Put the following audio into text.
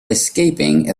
escaping